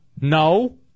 No